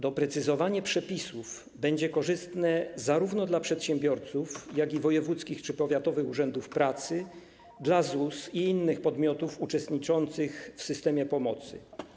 Doprecyzowanie przepisów będzie korzystne zarówno dla przedsiębiorców, jak i dla wojewódzkich czy powiatowych urzędów pracy, dla ZUS i innych podmiotów uczestniczących w systemie pomocy.